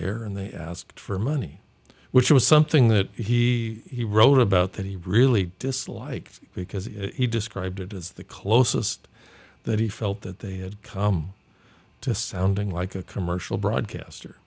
air and they asked for money which was something that he he wrote about that he really disliked because he described it as the closest that he felt that they had come to sounding like a commercial broadcaster